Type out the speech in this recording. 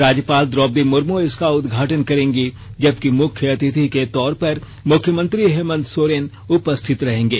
राज्यपाल द्रौपदी मुर्मू इसका उदघाटन करेंगी जबकि मुख्यअतिथि के तौर पर मुख्यमंत्री हेमंत सोरेन उपस्थित रहेंगे